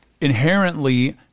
inherently